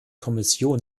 kommission